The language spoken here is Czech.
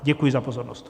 Děkuji za pozornost.